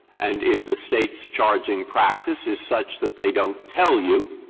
and if the state's charging practice is such that they don't tell you,